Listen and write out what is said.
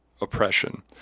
oppression